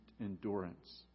endurance